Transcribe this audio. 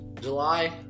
July